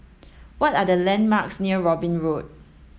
what are the landmarks near Robin Road